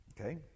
Okay